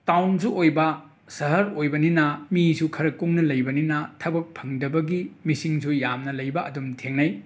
ꯇꯥꯎꯟꯁꯨ ꯑꯣꯏꯕ ꯁꯍꯔ ꯑꯣꯏꯕꯅꯤꯅ ꯃꯤꯁꯨ ꯈꯔ ꯀꯨꯡꯅ ꯂꯩꯕꯅꯤꯅ ꯊꯕꯛ ꯐꯪꯗꯕꯒꯤ ꯃꯤꯁꯤꯡꯁꯨ ꯌꯥꯝꯅ ꯂꯩꯕ ꯑꯗꯨꯝ ꯊꯦꯡꯅꯩ